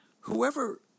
whoever